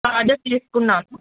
orders తీసుకున్నాను